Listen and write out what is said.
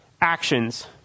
actions